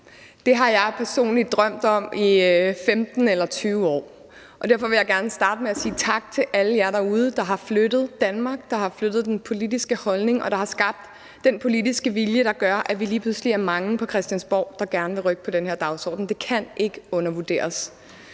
Det har jeg personligt drømt om i 15 eller 20 år, og derfor vil jeg gerne starte med at sige tak til alle jer derude, der har flyttet Danmark, der har flyttet den politiske holdning, og der har skabt den politiske vilje, der gør, at vi lige pludselig er mange på Christiansborg, der gerne vil rykke på den her dagsorden. Det kan ikke undervurderes.